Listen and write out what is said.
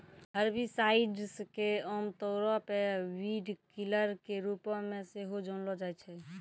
herbicides के आमतौरो पे वीडकिलर के रुपो मे सेहो जानलो जाय छै